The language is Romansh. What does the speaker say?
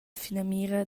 finamira